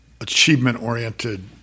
achievement-oriented